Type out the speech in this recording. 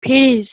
fridge